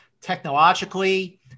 technologically